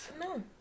no